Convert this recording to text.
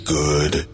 good